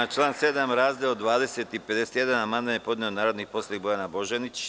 Na član 7. razdele 20 i 51 amandman je podnela narodni poslanik Bojana Božanić.